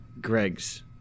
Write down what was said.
Greg's